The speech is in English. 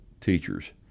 teachers